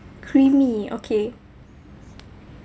creamy okay